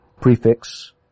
prefix